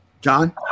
John